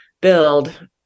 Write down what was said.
build –